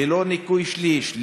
ללא ניכוי שליש,